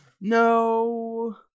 No